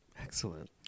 Excellent